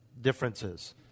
differences